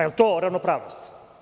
Je li to ravnopravnost?